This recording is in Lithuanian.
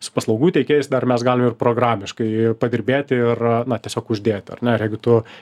su paslaugų teikėjais dar mes galim ir programiškai padirbėti ir na tiesiog uždėti ar ne ir jeigu tu